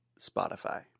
Spotify